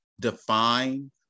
define